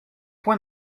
point